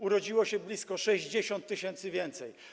Urodziło się blisko 60 tys. więcej.